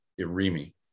Irimi